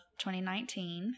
2019